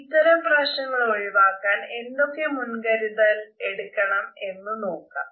ഇത്തരം പ്രശ്നങ്ങൾ ഒഴിവാക്കാൻ എന്തൊക്ക മുൻകരുതൽ എടുക്കണം എന്ന് നോക്കാം